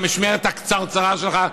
במשמרת הקצרצרה שלך,